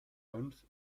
fünf